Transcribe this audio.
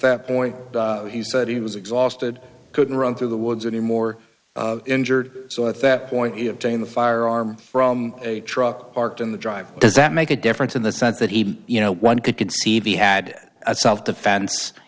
that point he said he was exhausted couldn't run through the woods anymore injured so at that point he obtained the firearm from a truck parked in the driveway does that make a difference in the sense that he you know one could conceive he had a self defense